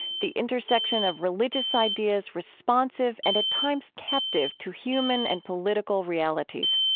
the intersection of religious ideas, responsive and, at times, captive to human and political realities.